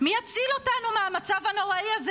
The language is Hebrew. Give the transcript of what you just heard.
מי יציל אותנו מהמצב הנוראי הזה,